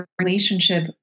relationship